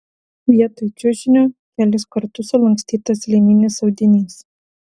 vietoj čiužinio kelis kartus sulankstytas lininis audinys